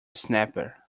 snapper